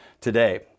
today